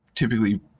Typically